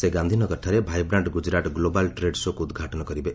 ସେ ଗାନ୍ଧିନଗରଠାରେ vibrant Gujarat global trade ସୋକୁ ଉଦ୍ଘାଟନ କରିବେ